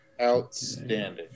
Outstanding